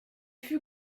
fut